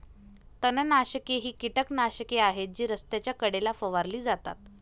तणनाशके ही कीटकनाशके आहेत जी रस्त्याच्या कडेला फवारली जातात